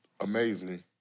amazing